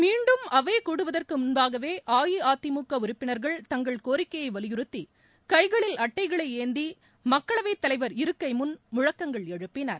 மீண்டும் அவை கூடுவதற்கு முன்னாலேயே அஇஅதிமுக உறுப்பினர்கள் தங்கள் கோரிக்கையை வலியுறுத்தி கைகளில் அட்டைகளை ஏந்தி மக்களவை தலைவர் இருக்கை முன் முழக்கங்கள் எழுப்பினர்